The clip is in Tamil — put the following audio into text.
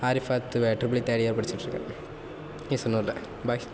ட்ரிபிள் இ தேர்ட் இயர் படிச்சிட்டு இருக்கேன் கேசனூர்ல பாய்